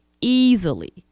easily